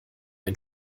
ein